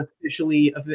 officially